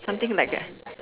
something like a